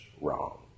wrong